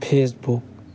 Facebook